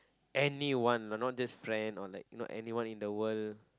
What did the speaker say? anyone but not just friend or like not anyone in the world